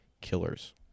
killers